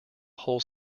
whole